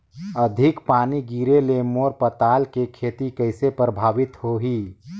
अधिक पानी गिरे ले मोर पताल के खेती कइसे प्रभावित होही?